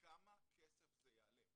כמה כסף זה יעלה.